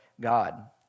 God